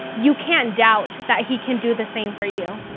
you can't doubt that he can do the same for you.